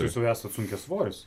jūs jau esat sunkiasvoris